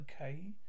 okay